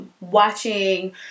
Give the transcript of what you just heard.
Watching